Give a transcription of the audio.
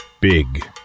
big